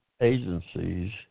agencies